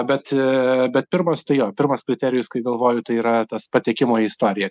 bet bet pirmas tai jo pirmas kriterijus kai galvoju tai yra tas patekimo į istoriją